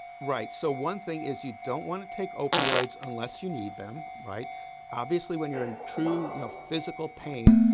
right. so one thing is you don't want to take opioids unless you need them. obviously when you are in true you know physical pain,